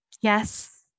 Yes